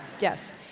yes